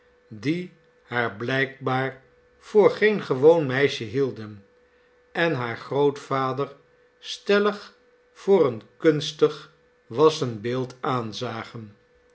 die haar blijkbaar voor geen gewoon meisje hielden en haar grootvader stellig voor een kunstig wassenbeeld aanzagen